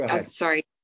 sorry